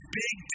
big